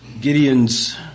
Gideon's